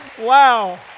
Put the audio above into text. Wow